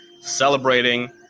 celebrating